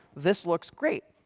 this looks great.